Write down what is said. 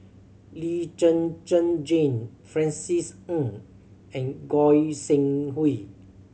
Lee Zhen Zhen Jane Francis Ng and Goi Seng Hui